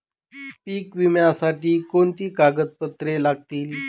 पीक विम्यासाठी कोणती कागदपत्रे लागतील?